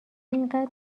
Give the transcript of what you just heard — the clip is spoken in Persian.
اینقدر